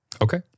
Okay